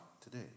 today